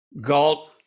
Galt